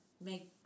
make